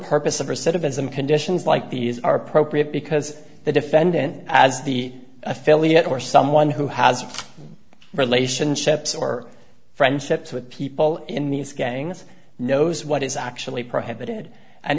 recidivism conditions like these are appropriate because the defendant as the affiliate or someone who has relationships or friendships with people in these gangs knows what is actually prohibited and